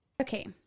Okay